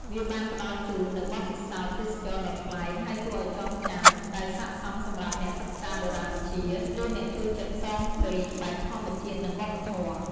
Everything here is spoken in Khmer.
វាបានផ្តល់ជូននូវបទពិសោធន៍ទេសចរណ៍ដ៏ប្លែកហើយគួរឱ្យចងចាំ ដែលស័ក្តិសមសម្រាប់អ្នកសិក្សាបុរាណវិទ្យា ឫអ្នកចូលចិត្តផ្សងព្រេងបែបធម្មជាតិនិងវប្បធម៌។